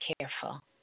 careful